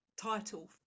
title